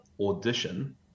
audition